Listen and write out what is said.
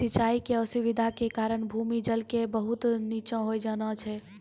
सिचाई के असुविधा के कारण भूमि जल के बहुत नीचॅ होय जाना छै